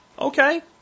Okay